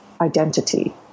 identity